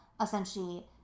essentially